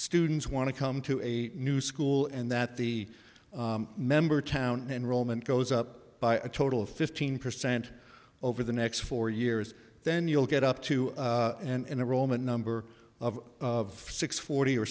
students want to come to a new school and that the member town enrollment goes up by a total of fifteen percent over the next four years then you'll get up to and the roman number of of six forty or